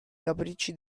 capricci